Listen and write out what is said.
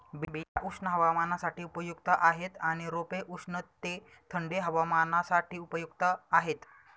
बिया उष्ण हवामानासाठी उपयुक्त आहेत आणि रोपे उष्ण ते थंडी हवामानासाठी उपयुक्त आहेत